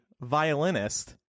violinist